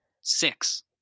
six